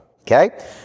Okay